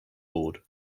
board